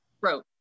wrote